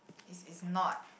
is is not